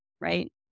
right